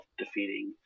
defeating